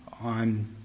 on